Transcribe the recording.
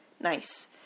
Nice